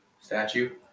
statue